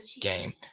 game